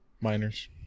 Miners